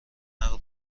نقل